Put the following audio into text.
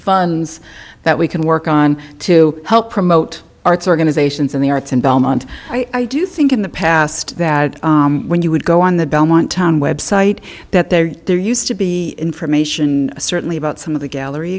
funds that we can work on to help promote arts organizations in the arts in belmont i do think in the past that when you would go on the belmont town website that there there used to be information certainly about some of the gallery